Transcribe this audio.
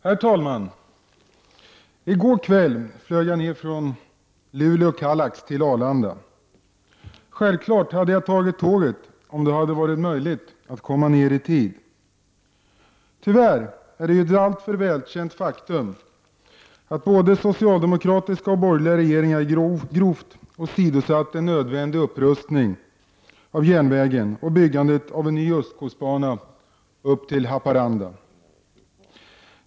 Herr talman! I går kväll flög jag ner från Kallax i Luleå till Arlanda. Självfallet hade jag tagit tåget om det hade varit möjligt att komma ner till Stockholm i tid. Tyvärr är det ett alltför välkänt faktum att både socialdemokratiska och borgerliga regeringar grovt har åsidosatt en nödvändig upprustning av järnvägen och byggandet av en ny ostkustbana upp till Haparanda.